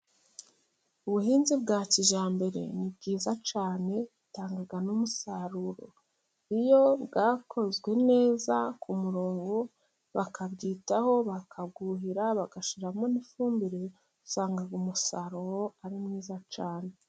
Ubuhinzi bwa kijyambere ni bwiza cyane, butanga umusaruro. Iyo bwakozwe neza ku murongo bakabyitaho, bakabwuhira bagashyiramo n'ifumbire usanga umusaruro ari mwiza cyane.